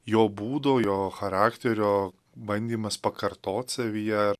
jo būdo jo charakterio bandymas pakartot savyje